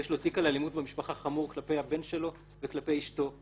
ויש לו תיק חמור על אלימות במשפחה כלפי הבן שלו וכלפי אשתו,